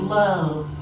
love